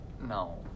No